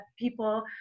people